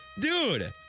dude